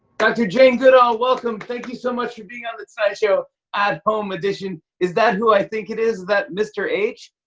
dr. jane goodall, welcome. thank you so much for being on the tonight show at home edition. is that who i think it is? is that mr h?